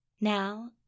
Now